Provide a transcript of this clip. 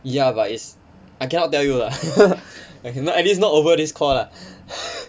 ya but is I cannot tell you lah okay at least not over this call lah